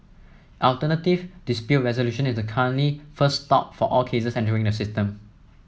alternative dispute resolution is the currently first stop for all cases entering the system